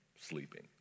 sleeping